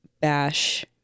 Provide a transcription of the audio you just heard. bash